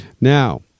Now